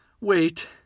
Wait